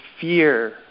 fear